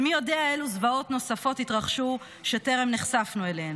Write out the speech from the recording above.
ומי יודע אילו זוועות נוספות התרחשו שטרם נחשפנו אליהן.